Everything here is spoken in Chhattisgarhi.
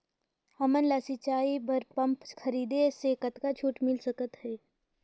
हमन ला सिंचाई बर पंप खरीदे से कतका छूट मिल सकत हे?